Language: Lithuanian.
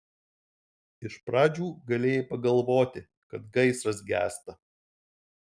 iš pradžių galėjai pagalvoti kad gaisras gęsta